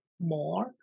more